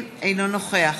אינו נוכח